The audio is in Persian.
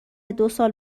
دوسال